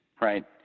right